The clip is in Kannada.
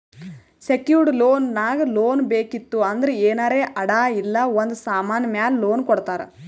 ಸೆಕ್ಯೂರ್ಡ್ ಲೋನ್ ನಾಗ್ ಲೋನ್ ಬೇಕಿತ್ತು ಅಂದ್ರ ಏನಾರೇ ಅಡಾ ಇಲ್ಲ ಒಂದ್ ಸಮಾನ್ ಮ್ಯಾಲ ಲೋನ್ ಕೊಡ್ತಾರ್